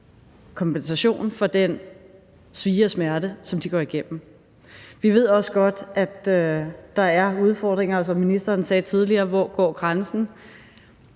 kompensation for den svie og smerte, som de går igennem. Vi ved også godt, at der er udfordringer, og som ministeren sagde tidligere: Hvor går grænsen?